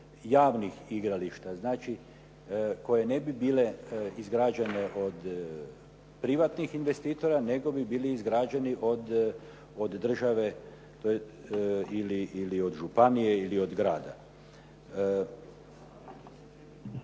javnih igrališta znači koje ne bi izgrađene od privatnih investitora nego bi bili izgrađeni od države ili od županije ili od grada.